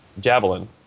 Javelin